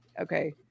okay